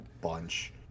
bunch